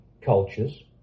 cultures